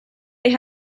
they